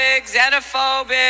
xenophobic